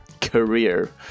career